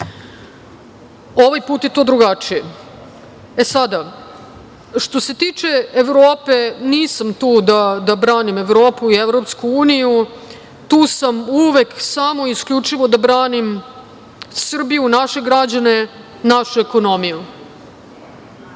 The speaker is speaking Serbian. Ovaj put je to drugačije. Što se tiče Evrope, nisam tu da branim Evropu i EU. Tu sam uvek samo i isključivo da branim Srbiju, naše građane, našu ekonomiju. Vi